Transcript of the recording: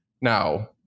now